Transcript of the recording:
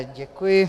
Děkuji.